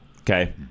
Okay